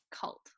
cult